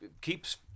keeps